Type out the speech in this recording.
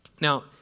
Now